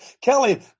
Kelly